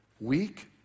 Weak